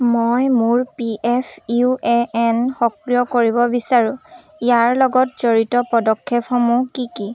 মই মোৰ P F U A N সক্ৰিয় কৰিব বিচাৰো ইয়াৰ লগত জড়িত পদক্ষেপসমূহ কি কি